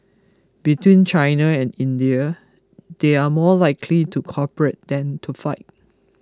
between China and India they are more likely to cooperate than to fight